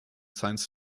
science